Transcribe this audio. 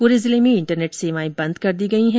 पूरे जिले में इंटरनेट सेवाए भी बंद कर दी गई है